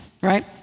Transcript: right